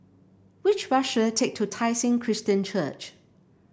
which bus should I take to Tai Seng Christian Church